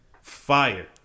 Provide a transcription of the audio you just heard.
fire